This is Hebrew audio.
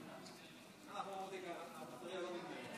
אני עדיין לא התחלתי לדבר.